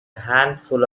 handful